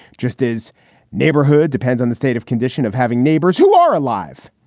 just as neighborhood depends on the state of condition of having neighbors who are alive.